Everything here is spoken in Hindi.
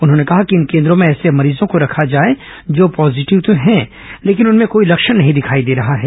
उन्होंने कहा कि इन केन्द्रो में ऐसे मरीजों को रखे जाए जो पॉजीटिव तो है लेकिन उनमें कोई लक्षण नहीं दिखाई दे रहे हैं